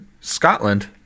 Scotland